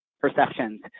perceptions